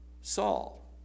Saul